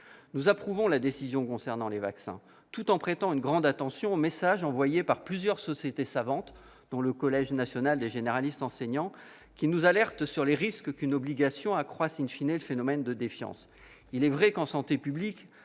Nous approuvons la décision concernant les vaccins, tout en prêtant une grande attention au message envoyé par plusieurs sociétés savantes, dont le Collège national des généralistes enseignants, qui nous alertent sur les risques que l'obligation accroisse le phénomène de défiance, tant il est vrai que, en santé publique,